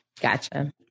Gotcha